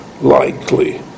likely